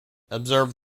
observed